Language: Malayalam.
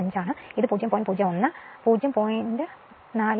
01 ആണ് അതായത് X മൂല്യം 0